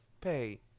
pay